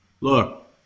Look